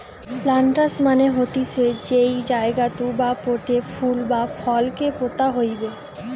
planters মানে হতিছে যেই জায়গাতু বা পোটে ফুল বা ফল কে পোতা হইবে